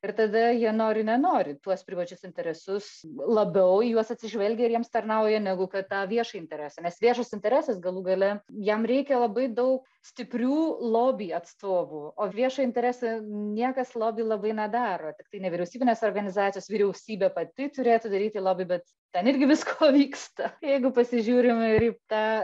ir tada jie nori nenori tuos privačius interesus labiau į juos atsižvelgia ir jiems tarnauja negu kad tą viešą interesą nes viešas interesas galų gale jam reikia labai daug stiprių lobby atstovų o viešą interesą niekas lobby labai nedaro tiktai nevyriausybinės organizacijos vyriausybė pati turėtų daryti lobby bet ten irgi visko vyksta jeigu pasižiūrim ir į tą